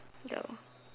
no